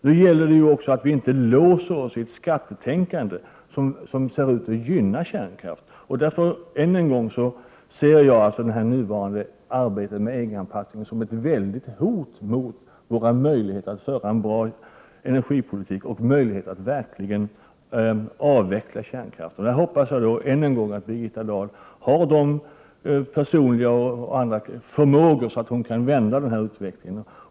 Nu gäller det också att vi inte låser oss i ett skattetänkande som ser ut att gynna kärnkraften. Därför vill jag än en gång säga att jag ser det nuvarande arbetet med EG-anpassningen som ett hot mot våra möjligheter att föra en bra energipolitik och verkligen avveckla kärnkraften. Jag hoppas att Birgitta Dahl har den personliga förmågan och även förmåga av annat slag, så att hon kan vända denna utveckling.